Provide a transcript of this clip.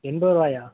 எண்பது ருபாயா